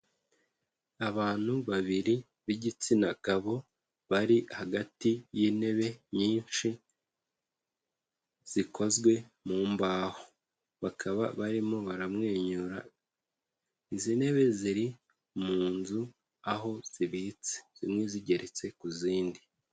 Abantu babiri, b'igitsina gabo, bari hagati y'intebe nyinshi, zikozwe mu mbaho. Bakaba barimo baramwenyura, izi ntebe ziri mu nzu, aho zibitse. Zimwe zigeretse ku zindi.